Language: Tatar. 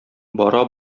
бара